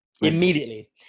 Immediately